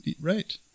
right